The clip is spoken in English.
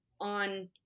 on